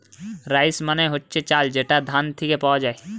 rice মানে হচ্ছে চাল যেটা ধান থিকে পাওয়া যায়